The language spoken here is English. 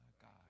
God